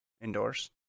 indoors